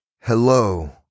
Hello